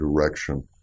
direction